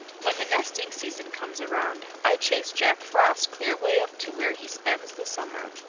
when the nesting season comes around, i chase jack frost clear way up to where he spends the summer.